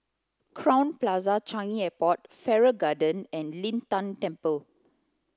Crowne Plaza Changi Airport Farrer Garden and Lin Tan Temple